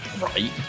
Right